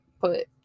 put